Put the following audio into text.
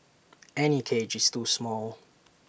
any cage is too small